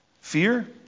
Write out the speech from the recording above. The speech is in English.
Fear